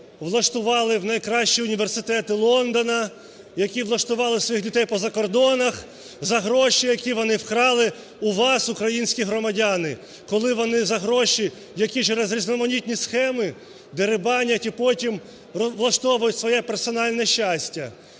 влаштували в найкращі університети Лондона, які влаштували своїх дітей поза кордонах, за гроші, які вони вкрали у вас, українські громадяни! Коли вони за гроші, які через різноманітні схеми дерибанять і потім влаштовують своє персональне щастя.